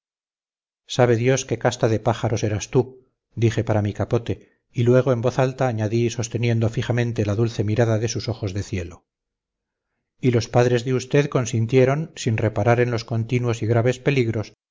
sabe dios qué casta de pájaro serás tú dije para mi capote y luego en voz alta añadí sosteniendo fijamente la dulce mirada de sus ojos de cielo y los padres de usted consintieron sin reparar en los continuos y graves peligros